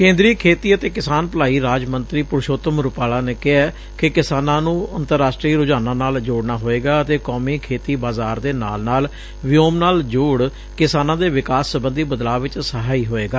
ਕੇਂਦਰੀ ਖੇਤੀ ਅਤੇ ਕਿਸਾਨ ਭਲਾਈ ਰਾਜ ਮੰਤਰੀ ਪੁਰਸੋਤਮ ਰੁਪਾਲਾ ਨੇ ਕਿਹੈ ਕਿ ਕਿਸਾਨਾਂ ਨੂੰ ਅੰਤਰਰਾਸ਼ਟਰੀ ਰੁਝਾਨਾਂ ਨਾਲ ਜੋੜਨਾ ਹੋਏਗਾ ਅਤੇ ਕੌਮੀ ਖੇਤੀ ਬਾਜ਼ਾਰ ਦੇ ਨਾਲ ਨਾਲ ਵਿਓਮ ਨਾਲ ਜੋੜ ਕਿਸਾਨਾਂ ਦੇ ਵਿਕਾਸ ਸਬੰਧੀ ਬਦਲਾਅ ਵਿਚ ਸਹਾਈ ਹੋਏਗਾ